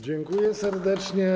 Dziękuję serdecznie.